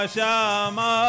Shama